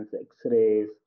x-rays